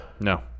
No